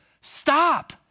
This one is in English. Stop